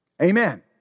Amen